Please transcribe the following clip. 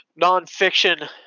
nonfiction